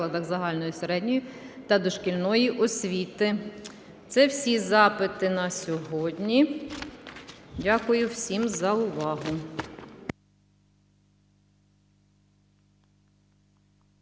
Це всі запити на сьогодні. Дякую всім за увагу.